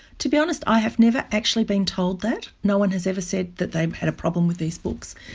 to be honest i have never actually been told that, no one has ever said that they've had a problem with these books.